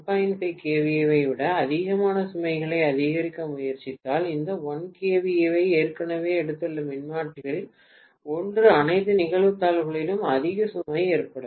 5 kVA ஐ விட அதிகமான சுமைகளை அதிகரிக்க முயற்சித்தால் இந்த 1 kVA ஐ ஏற்கனவே எடுத்துள்ள மின்மாற்றிகளில் ஒன்று அனைத்து நிகழ்தகவுகளிலும் அதிக சுமை ஏற்றப்படும்